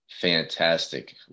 fantastic